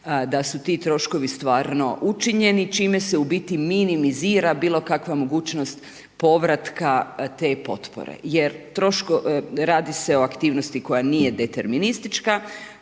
da su ti troškovi stvarno učinjeni, čime se u biti minimizira bilo kakva mogućnost povratka te potpore. Jer, radi se o aktivnosti koja nije deterministička,